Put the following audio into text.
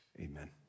amen